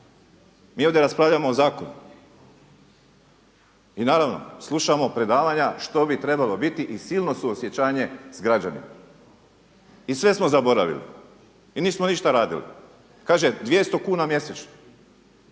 Mi ovdje raspravljamo o zakonu i naravno slušamo predavanja što bi trebalo biti i silno suosjećanje sa građanima i sve smo zaboravili i nismo ništa radili. Kaže 200 kuna mjesečno,